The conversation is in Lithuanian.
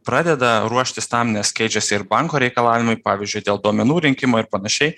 pradeda ruoštis tam nes keičiasi ir banko reikalavimai pavyzdžiui dėl duomenų rinkimo ir panašiai